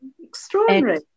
Extraordinary